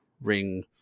ring